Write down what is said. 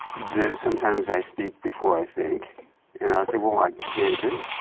the, sometimes i speak before i think and i say, well i can do,